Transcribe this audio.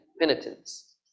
penitence